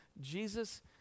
Jesus